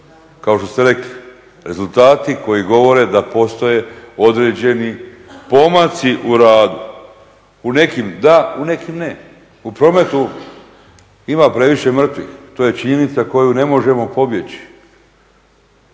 Kao što ste rekli, rezultati koji govore da postoje određeni pomaci u radu, u nekim da, u nekim ne. U prometu ima previše mrtvih to je činjenica koju ne možemo pobjeći.